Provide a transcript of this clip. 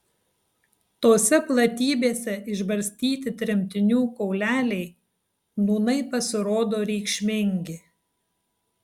tose platybėse išbarstyti tremtinių kauleliai nūnai pasirodo reikšmingi